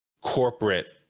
corporate